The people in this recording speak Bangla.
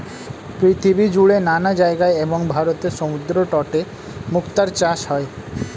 পৃথিবীজুড়ে নানা জায়গায় এবং ভারতের সমুদ্রতটে মুক্তার চাষ হয়